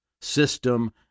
system